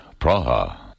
Praha